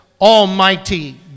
almighty